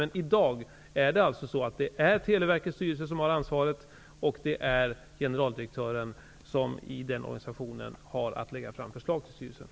Men i dag är det alltså Televerkets styrelse som har ansvaret, och det är generaldirektören i den organisationen som har att lägga fram förslag till styrelsen.